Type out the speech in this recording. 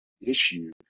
issue